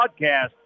Podcast